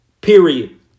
period